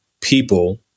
people